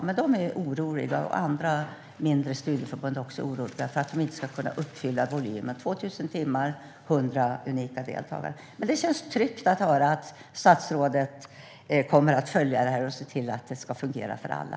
Men de och andra mindre studieförbund är oroliga för att de inte ska kunna uppfylla volymen: 2 000 timmar och 100 unika deltagare. Men det känns tryggt att höra att statsrådet kommer att följa detta och se till att det ska fungera för alla.